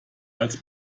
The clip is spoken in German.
als